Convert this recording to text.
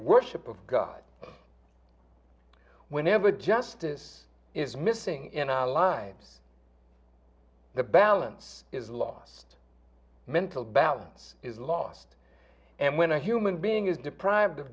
worship of god whenever justice is missing in our lives the balance is lost mental balance is lost and when a human being is deprived of